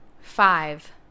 Five